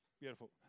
beautiful